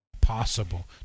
possible